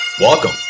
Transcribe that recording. Welcome